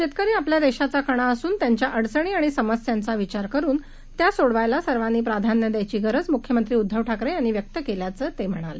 शेतकरीआपल्यादेशाचाकणाअसूनत्यांच्याअडचणीआणिसमस्यांचाविचारकरूनत्यासोडवायला सर्वांनीप्राधान्यद्यायचीगरजम्ख्यमंत्रीउदधवठाकरेयांनीव्यक्तकेल्याचंतेम्हणाले